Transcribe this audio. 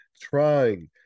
Trying